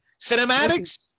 Cinematics